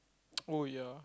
oh ya